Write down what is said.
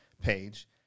page